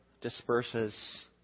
disperses